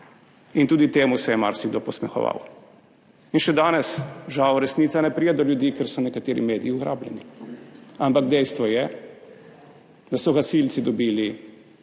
in tudi temu se je marsikdo posmehoval. Še danes žal resnica ne pride do ljudi, ker so nekateri mediji ugrabljeni. Ampak dejstvo je, da so gasilci dobili